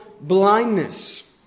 blindness